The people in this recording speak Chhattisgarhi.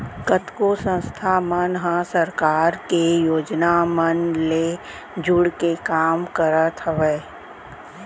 कतको संस्था मन ह सरकार के योजना मन ले जुड़के काम करत हावय